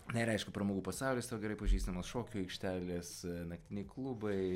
na ir aišku pramogų pasaulis tau gerai pažįstamos šokių aikštelės naktiniai klubai